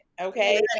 Okay